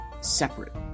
separate